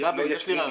יש לי רעיון.